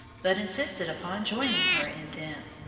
but insisted upon joining her in them,